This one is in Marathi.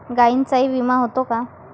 गायींचाही विमा होते का?